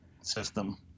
system